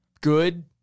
good